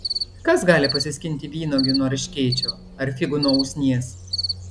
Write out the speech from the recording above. kas gali pasiskinti vynuogių nuo erškėčio ar figų nuo usnies